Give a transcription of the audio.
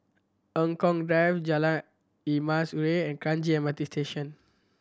Eng Kong Drive Jalan Emas Urai and Kranji M R T Station